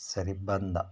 ಸರಿ ಬಂದ